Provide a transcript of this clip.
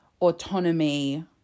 autonomy